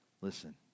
listen